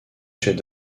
chefs